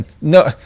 no